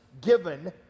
given